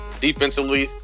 Defensively